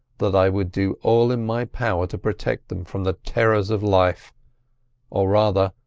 that i would do all in my power to protect them from the terrors of life or rather,